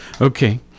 Okay